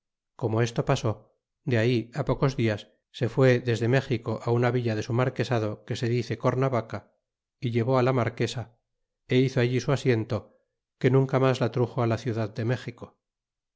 como esto pasó de ahí pocos dias se fué desde méxico una villa de su marquesado que se dice cornavaca y llevó la marquesa é hizo allí su asiento que nunca mas la truxo la ciudad de méxico